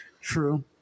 True